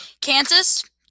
Kansas